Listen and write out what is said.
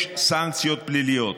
יש סנקציות פליליות.